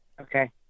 Okay